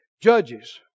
Judges